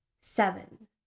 Seven